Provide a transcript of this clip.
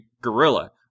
gorilla